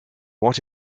what